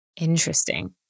Interesting